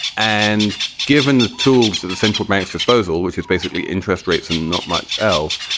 and given the tools of the central bank's disposal, which is basically interest rates and not much else.